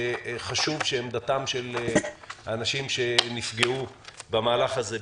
שחשוב שעמדתם של האנשים שנפגעו במהלך הזה,